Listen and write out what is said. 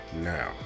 now